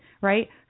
right